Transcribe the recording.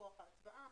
כוח ההצבעה,